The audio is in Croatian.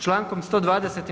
Člankom 120.